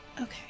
Okay